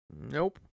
Nope